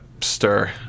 stir